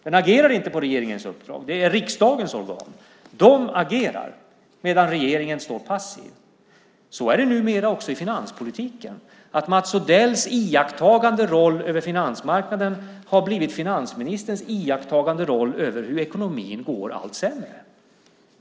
Den agerar inte på regeringens uppdrag. Det är riksdagens organ. Den agerar medan regeringen står passiv. Så är det numera också i finanspolitiken. Mats Odells iakttagande roll på finansmarknaden har blivit finansministerns iakttagande av hur ekonomin går allt sämre.